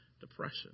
depression